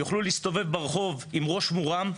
יוכלו להסתובב ברחוב עם ראש מורם,